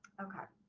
okay,